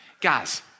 Guys